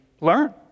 learn